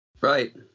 Right